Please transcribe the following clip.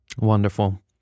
Wonderful